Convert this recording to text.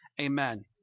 Amen